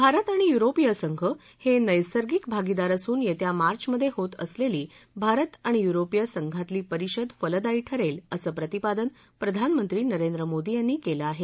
भारत आणि युरोपीय संघ हे नैसंगिक भागीदार असून येत्या मार्चमध्ये होत असलेली भारत आणि युरोपीय संघातली परिषद फलदायी ठरेल असं प्रतिपादन प्रधानमंत्री नरेंद्र मोदी यांनी केलं आहे